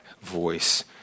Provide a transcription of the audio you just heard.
voice